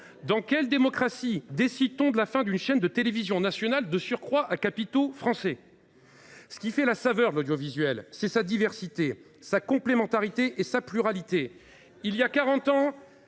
Dans quelle démocratie décide t on de la disparition d’une chaîne de télévision nationale, de surcroît à capitaux français ? Ce qui fait la saveur de l’audiovisuel, c’est sa diversité, sa complémentarité et sa pluralité. Il y a quarante